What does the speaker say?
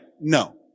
No